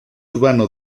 urbano